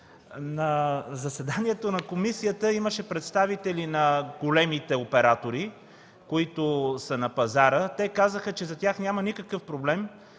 На заседанието на комисията имаше представители на големите оператори, които са на пазара. Те казаха, че за тях няма никакъв проблем